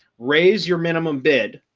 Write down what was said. raise your minimum bid.